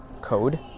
code